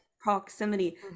proximity